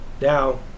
Now